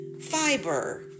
fiber